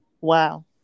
Wow